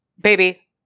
Baby